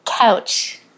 Couch